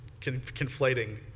conflating